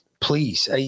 please